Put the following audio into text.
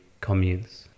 communes